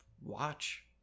watch